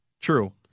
True